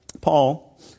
Paul